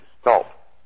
stop